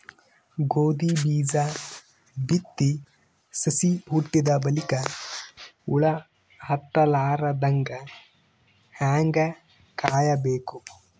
ಗೋಧಿ ಬೀಜ ಬಿತ್ತಿ ಸಸಿ ಹುಟ್ಟಿದ ಬಲಿಕ ಹುಳ ಹತ್ತಲಾರದಂಗ ಹೇಂಗ ಕಾಯಬೇಕು?